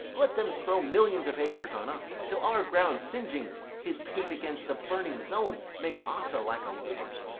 let them throw millions of acres on us, till our ground, singeing his pate against the burning zone, make ossa like a wart!